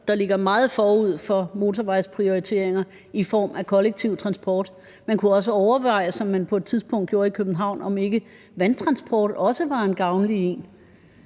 der ligger meget forud for motorvejsprioriteringer, i form af kollektiv transport. Man kunne også overveje, som man på et tidspunkt gjorde det i København, om ikke vandtransport også var en gavnlig